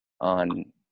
on